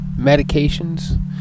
medications